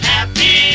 Happy